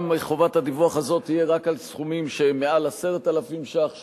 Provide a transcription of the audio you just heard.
גם חובת הדיווח הזאת תהיה רק על סכומים שמעל 10,000 ש"ח,